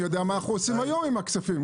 עם הכספים,